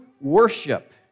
worship